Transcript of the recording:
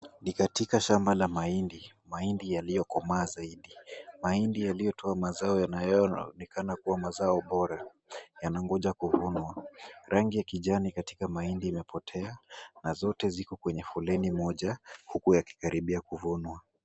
Ni katika shamba la mahindi. Mahindi yalio komaa zaidi. Mahindi yaliotoa mazao yanayoonekana kuwa mazao bora. Yanangoja kuvunwa. Rangi ya kijani katika mahindi imepotea, na zote ziko kwenye foleni moja kubwa yakikaribia kuvunwa.